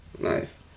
nice